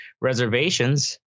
reservations